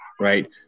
right